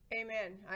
Amen